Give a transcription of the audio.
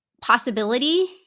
possibility